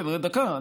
דקה,